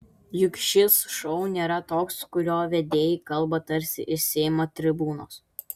juk šis šou nėra toks kurio vedėjai kalba tarsi iš seimo tribūnos